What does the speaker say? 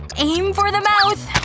and aim for the mouth,